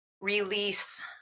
release